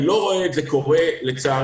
אני לא רואה את זה קורה, לצערי.